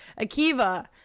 Akiva